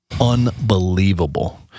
unbelievable